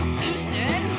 Houston